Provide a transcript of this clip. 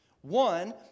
One